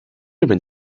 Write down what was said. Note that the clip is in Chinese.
日本